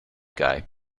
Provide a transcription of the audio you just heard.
guy